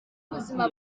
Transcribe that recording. ubuzima